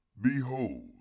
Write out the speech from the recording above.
behold